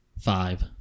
Five